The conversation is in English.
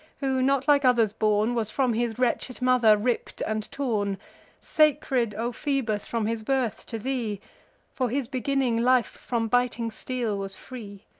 who, not like others born, was from his wretched mother ripp'd and torn sacred, o phoebus, from his birth to thee for his beginning life from biting steel was free.